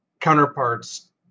counterparts